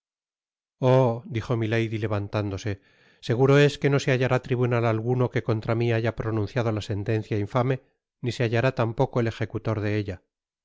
olí dijo milady levantándose seguro es que no se bailará tribunal alguno que contra mi haya pronunciado la sentencia infame ni se hallará tampoco el ejecutor de ella